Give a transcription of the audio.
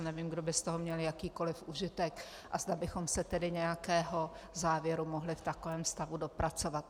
Nevím, kdo by z toho měl jakýkoli užitek a zda bychom se nějakého závěru mohli v takovém stavu dopracovat.